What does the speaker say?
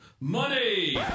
money